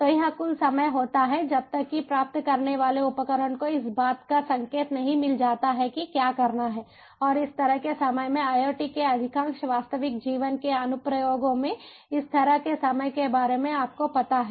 तो यह कुल समय होता है जब तक कि प्राप्त करने वाले उपकरण को इस बात का संकेत नहीं मिल जाता है कि क्या करना है और इस तरह के समय में IoT के अधिकांश वास्तविक जीवन के अनुप्रयोगों में इस तरह के समय के बारे में आपको पता है